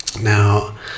Now